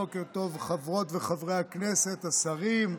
בוקר טוב, חברות וחברי הכנסת, שרים.